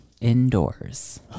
indoors